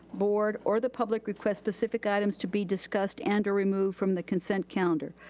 board or the public request specific items to be discussed and or removed from the consent calendar.